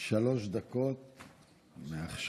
ארי, שלוש דקות מעכשיו.